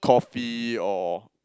coffee or